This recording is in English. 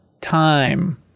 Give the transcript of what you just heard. time